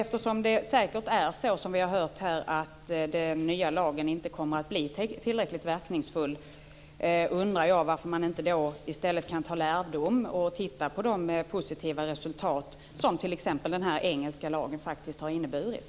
Eftersom det säkert är så, som vi har hört här, att den nya lagen inte kommer att bli tillräckligt verkningsfull, undrar jag varför man inte i stället kan ta lärdom av och titta på de positiva resultat som t.ex. den engelska lagen faktiskt har inneburit.